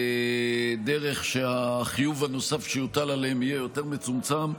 בדרך שהחיוב הנוסף שיוטל עליהם יהיה יותר מצומצם.